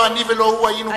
לא אני ולא הוא היינו במקום.